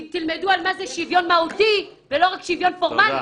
מה זה שוויון מהותי ולא רק שוויון פורמלי,